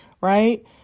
Right